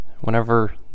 Whenever